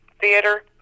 theater